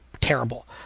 terrible